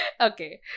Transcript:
Okay